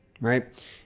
right